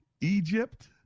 Egypt